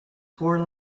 four